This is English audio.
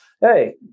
hey